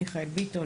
מיכאל ביטון,